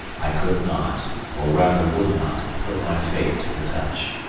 i could not, or rather would not, put my fate to the touch.